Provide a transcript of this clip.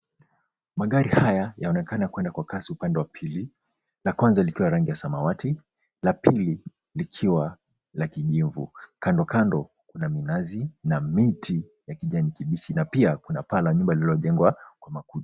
Magari haya yanaonekana kwenda kasi upande wa pili. La kwanza likiwa la rangi ya samawati la pili likiwa la kijivu. Kando kando kuna minazi na miti ya kijani kibichi na pia kuna paa la nyumba lililojengwa kwa makuti.